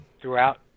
throughout